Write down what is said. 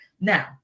Now